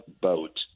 boat